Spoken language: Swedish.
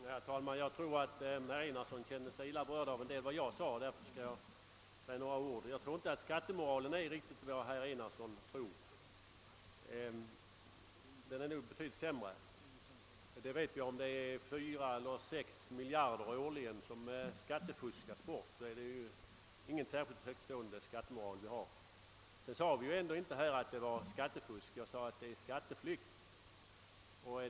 Herr talman! Jag tror att herr Enarsson kände sig illa berörd av en del av vad jag sade och därför skall jag säga några ord ytterligare. Jag tror inte att skattemoralen är riktigt den som herr Enarsson föreställer sig — den är nog betydligt sämre. Om 4 eller 6 miljarder kronor årligen skattefuskas bort har vi ingen särskilt högt stående skattemoral. Jag sade emellertid inte att det rör sig om skattefusk utan talade om skatteflykt.